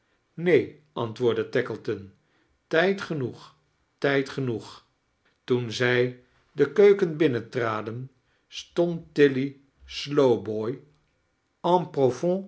neen antwoordde tackleton tijd geaoeg tijd genoeg toen zij de beuken binnentraden stond tilly slowboy